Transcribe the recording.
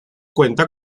cuenta